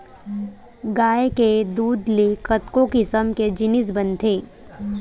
गाय के दूद ले कतको किसम के जिनिस बनथे